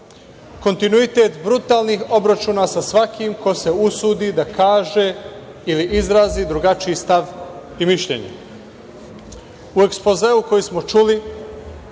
kontinuitet brutalnih obračuna sa svakim ko se usudi da kaže ili izrazi drugačiji stav i mišljenje.U